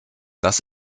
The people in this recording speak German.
das